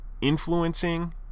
influencing